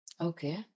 Okay